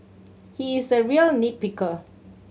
he is a real nit picker